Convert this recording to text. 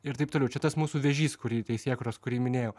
ir taip toliau čia tas mūsų vėžys kurį teisėkūros kurį minėjau